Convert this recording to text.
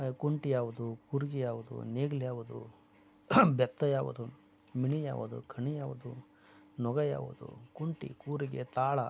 ಕುಂಟೆ ಯಾವುದು ಕೂರ್ಗೆ ಯಾವುದು ನೇಗ್ಲು ಯಾವುದು ಬೆತ್ತ ಯಾವುದು ಮಿಣಿ ಯಾವುದು ಕಣಿ ಯಾವುದು ನೊಗ ಯಾವುದು ಕುಂಟೆ ಕೂರಿಗೆ ತಾಳ